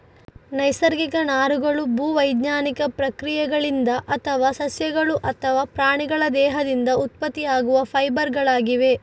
ನೈಸರ್ಗಿಕ ನಾರುಗಳು ಭೂ ವೈಜ್ಞಾನಿಕ ಪ್ರಕ್ರಿಯೆಗಳಿಂದ ಅಥವಾ ಸಸ್ಯಗಳು ಅಥವಾ ಪ್ರಾಣಿಗಳ ದೇಹದಿಂದ ಉತ್ಪತ್ತಿಯಾಗುವ ಫೈಬರ್ ಗಳಾಗಿವೆ